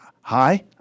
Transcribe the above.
hi